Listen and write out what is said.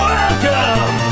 Welcome